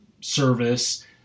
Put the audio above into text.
service